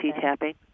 tapping